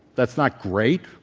that's not great,